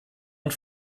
und